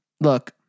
Look